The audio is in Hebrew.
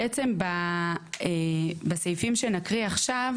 בעצם בסעיפים שנקריא עכשיו,